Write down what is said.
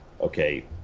okay